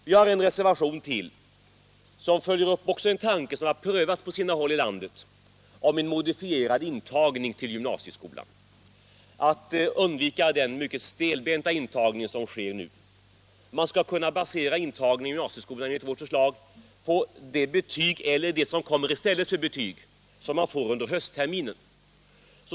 Vi har en reservation till som också följer upp en tanke, som har prövats på sina håll i landet, nämligen om en modifierad intagning till gymnasieskolan för att undvika den mycket stelbenta intagning som sker nu. Man skall enligt vårt förslag kunna basera intagningen till gymnasieskolan på det betyg — eller det som kommer i stället för betyg — som eleven får under höstterminen.